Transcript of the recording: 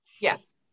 Yes